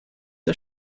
der